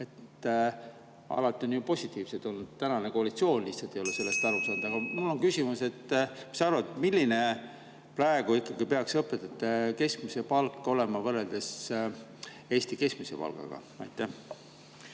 Alati on ju positiivset olnud, tänane koalitsioon lihtsalt ei ole sellest aru saanud. Aga mul on küsimus, et mis sa arvad, milline peaks praegu ikkagi õpetajate keskmine palk olema võrreldes Eesti keskmise palgaga. Meie